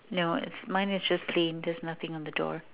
no it's mine is just clean there's nothing on the door